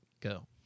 Go